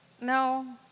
no